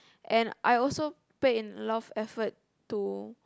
and I also put in a lot of effort to